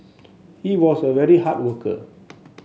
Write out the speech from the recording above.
he was a very hard worker